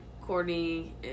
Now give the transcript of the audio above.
Courtney